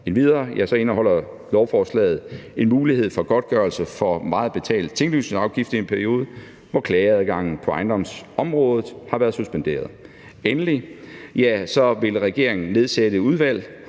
Endvidere indeholder lovforslaget en mulighed for godtgørelse for for meget betalt tinglysningsafgift i en periode, hvor klageadgangen på ejendomsområdet har været suspenderet. Endelig vil regeringen nedsætte et udvalg,